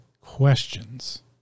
questions